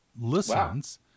listens